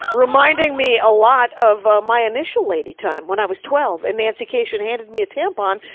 reminding me a lot of my initial lady time, when i was twelve, and nancy kashian handed me a tampon,